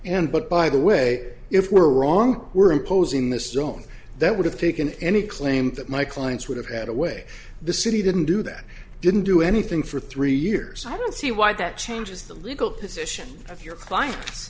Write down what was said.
and but by the way if we're wrong we're imposing this zone that would have taken any claim that my clients would have had a way the city didn't do that didn't do anything for three years i don't see why that changes the legal position of your client